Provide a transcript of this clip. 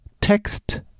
Text